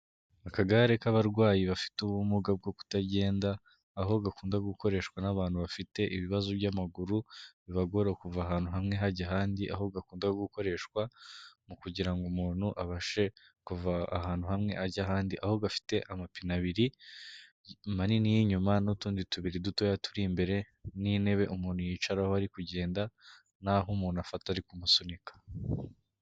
Akagare k'abarwayi bafite ubumuga bwo kutagenda, aho gakunda gukoreshwa n'abantu bafite ibibazo by'amaguru, bibagora kuva ahantu hamwe hajya ahandi. Aho gakunda gukoreshwa, mu kugira ngo umuntu abashe kuva ahantu hamwe ajya ahandi, aho gafite amapine abiri, manini y'inyuma n'utundi tubiri dutoya turi imbere, n'intebe umuntu yicaraho ari kugenda, n'aho umuntu afata ari kumusunika.